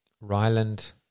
Ryland